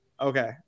Okay